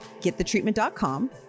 getthetreatment.com